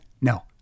No